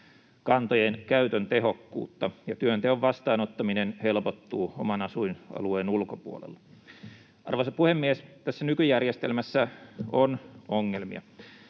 asuntokantojen käytön tehokkuutta ja työnteon vastaanottaminen helpottuu oman asuinalueen ulkopuolella. Arvoisa puhemies! Tässä nykyjärjestelmässä on ongelmia.